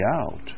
out